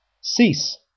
Cease